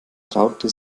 traute